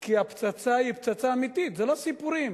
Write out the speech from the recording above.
כי הפצצה היא פצצה אמיתית, זה לא סיפורים.